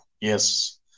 Yes